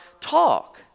talk